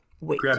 Wait